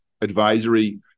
advisory